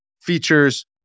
features